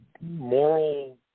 moral